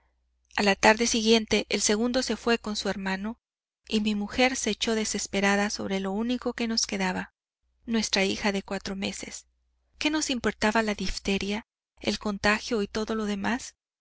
a la tarde siguiente el segundo se fué con su hermano y mi mujer se echó desesperada sobre lo único que nos quedaba nuestra hija de cuatro meses qué nos importaba la difteria el contagio y todo lo demás